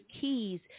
keys